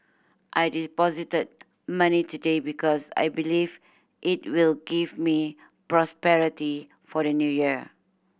I deposited money today because I believe it will give me prosperity for the New Year